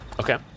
Okay